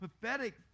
pathetic